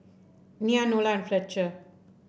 Nya Nola and Fletcher